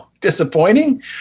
disappointing